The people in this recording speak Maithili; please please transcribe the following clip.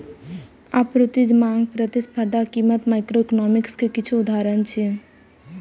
आपूर्ति, मांग, प्रतिस्पर्धा आ कीमत माइक्रोइकोनोमिक्स के किछु उदाहरण छियै